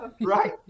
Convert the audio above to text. Right